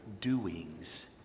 doings